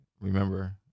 remember